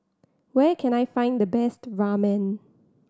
where can I find the best Ramen